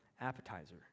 appetizer